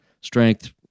strength